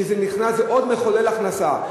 שזה נכנס כעוד מחולל הכנסה,